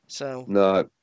No